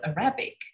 Arabic